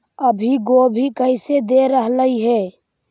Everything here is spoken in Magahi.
अभी गोभी कैसे दे रहलई हे?